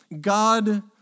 God